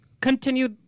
Continue